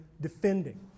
defending